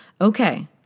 Okay